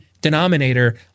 denominator